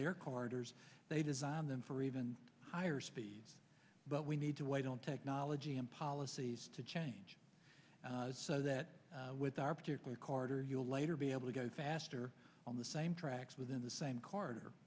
their corridors they design them for even higher speeds but we need to wait on technology and policies to change so that with our particular carter you will later be able to go faster on the same tracks within the same